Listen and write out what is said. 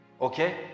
Okay